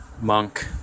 monk